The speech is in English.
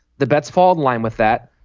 the bets fall in line with that.